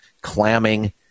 clamming